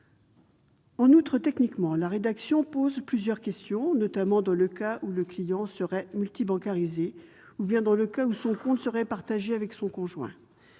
En outre, techniquement, la rédaction pose plusieurs questions, notamment dans le cas où le client serait « multi-bancarisé », ou bien dans le cas où son compte serait partagé avec son conjoint.